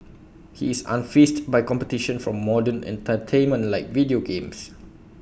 he is unfazed by competition from modern entertainment like video games